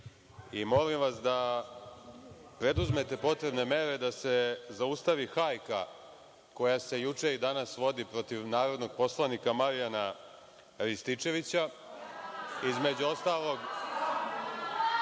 vas, da preduzmete potrebne mere da se zaustavi hajka koja se juče i danas vodi protiv narodnog poslanika Marjana Rističevića, između ostalog